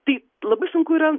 tai labai sunku yra